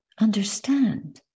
understand